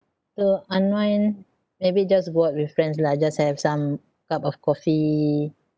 to unwind maybe just go out with friends lah just have some cup of coffee